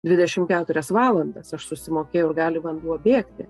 dvidešim keturias valandas aš susimokėjau ir gali vanduo bėgti